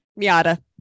Miata